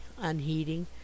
unheeding